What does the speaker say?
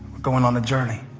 going on a journey.